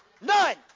None